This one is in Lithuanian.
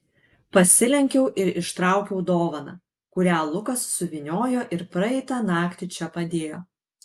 pasilenkiau ir ištraukiau dovaną kurią lukas suvyniojo ir praeitą naktį čia padėjo